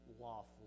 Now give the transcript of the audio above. lawful